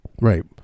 Right